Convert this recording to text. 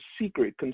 secret